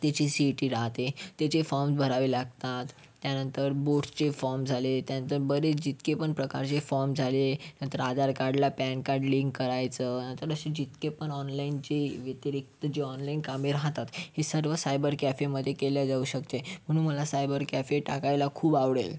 त्याची C E T राहते त्याचे फॉर्म्स भरावे लागतात त्यानंतर बोर्ड्सचे फॉर्म झाले त्यानंतर बरेच जितके पण प्रकारचे फॉर्म झाले नंतर आधारकार्डला पॅन कार्ड लिंक करायचं तर असे जितके पण ऑनलाइनची व्यतिरिक्त जी ऑनलाइन कामे राहतात हे सर्व सायबर कॅफेमध्ये केली जाऊ शकते म्हणून मला सायबर कॅफे टाकायला खूप आवडेल